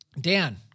Dan